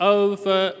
over